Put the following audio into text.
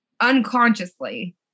unconsciously